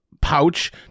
pouch